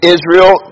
Israel